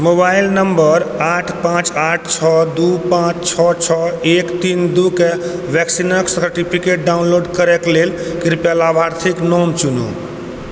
mobile नम्बर आठ पाँच आठ छओ दू पाँच छओ छओ एक तीन दू के वैक्सीनके सर्टिफिकेट डाउनलोड करै लेल कृपया लाभार्थीक नाम चुनू